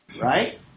right